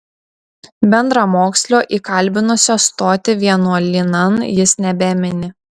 bendramokslio įkalbinusio stoti vienuolynan jis nebemini